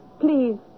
Please